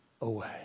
away